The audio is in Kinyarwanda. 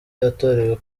yatorewe